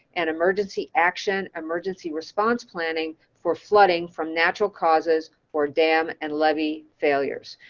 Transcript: and emergency action, emergency response planning for flooding from natural causes for dam and levee failures.